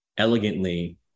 elegantly